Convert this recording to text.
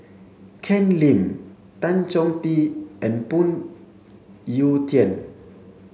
Ken Lim Tan Chong Tee and Phoon Yew Tien